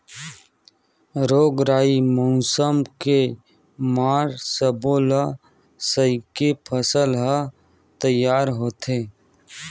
रोग राई, मउसम के मार सब्बो ल सहिके फसल ह तइयार होथे